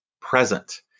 present